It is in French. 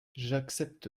j’accepte